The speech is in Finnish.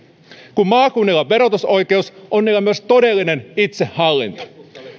kun maakunnilla on verotusoikeus on niillä todellinen itsehallinto